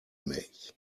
mich